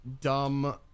dumb